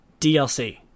DLC